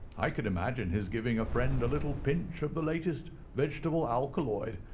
i could imagine his giving a friend a little pinch of the latest vegetable alkaloid,